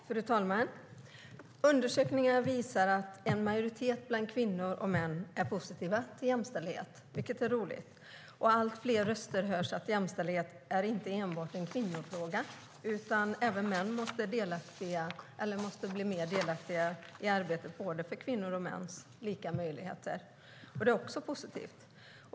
Fru talman! Undersökningar visar att en majoritet av kvinnor och män är positiva till jämställdhet, vilket är roligt. Allt fler röster hörs om att jämställdhet inte är enbart en kvinnofråga utan att även män måste bli mer delaktiga i arbetet för både kvinnors och mäns lika möjligheter. Det är också positivt.